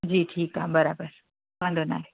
जी ठीकु आहे बराबरि वांधो नाहे